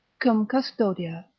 cum custodia,